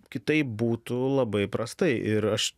kitaip būtų labai prastai ir aš